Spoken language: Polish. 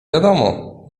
wiadomo